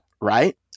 right